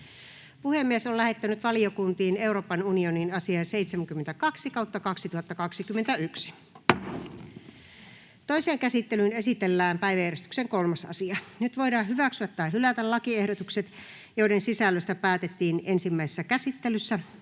puhemies! Kannatan edustaja Grahn-Laasosen esitystä. Toiseen käsittelyyn esitellään päiväjärjestyksen 6. asia. Nyt voidaan hyväksyä tai hylätä lakiehdotukset, joiden sisällöstä päätettiin ensimmäisessä käsittelyssä.